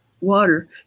water